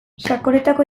sakonetako